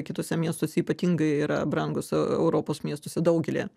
kituose miestuose ypatingai yra brangūs europos miestuose daugelyje